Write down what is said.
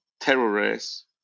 terrorists